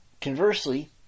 Conversely